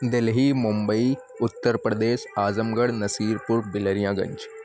Delhi Mumbai Uttar Pradesh Azamgarh Nasirpur Bilariya Ganj